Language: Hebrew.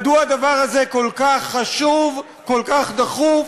מדוע הדבר הזה כל כך חשוב, כל כך דחוף